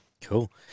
Cool